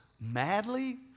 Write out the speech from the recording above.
madly